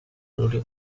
rodeo